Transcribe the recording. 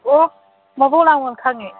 ꯑꯣ ꯃꯄꯣꯛ ꯂꯥꯡꯉꯣꯟ ꯈꯪꯉꯦ